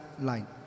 line